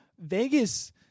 Vegas